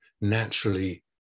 naturally